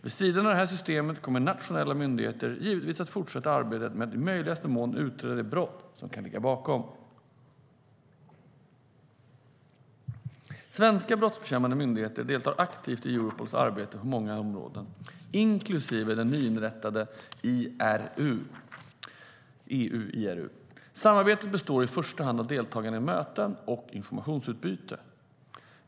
Vid sidan av det här systemet kommer nationella myndigheter givetvis att fortsätta arbetet med att i möjligaste mån utreda de brott som kan ligga bakom. Svenska brottsbekämpande myndigheter deltar aktivt i Europols arbete på många områden, inklusive den nyligen inrättade EU IRU. Samarbetet består i första hand av deltagande i möten och informationsutbyte.